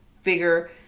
figure